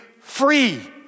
free